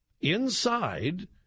Inside